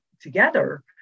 together